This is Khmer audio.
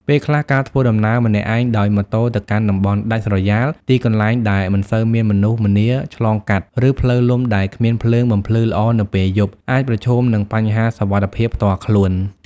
ពេលខ្លះ ការធ្វើដំណើរម្នាក់ឯងដោយម៉ូតូទៅកាន់ តំបន់ដាច់ស្រយាល ទីកន្លែងដែលមិនសូវមានមនុស្សម្នាឆ្លងកាត់ ឬផ្លូវលំដែលគ្មានភ្លើងបំភ្លឺល្អនៅពេលយប់ អាចប្រឈមនឹង បញ្ហាសុវត្ថិភាពផ្ទាល់ខ្លួន។